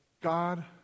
God